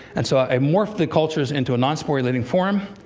and so i morphed the cultures into a non-sporulating form.